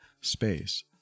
space